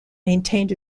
maintained